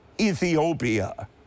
Ethiopia